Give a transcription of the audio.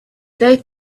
they